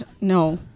No